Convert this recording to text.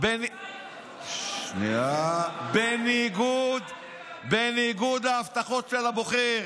אל תבלבל עם העובדות, בניגוד להבטחות לבוחר.